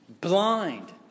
blind